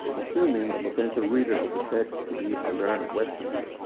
assuming the potential reader of the text to be a learner westerner.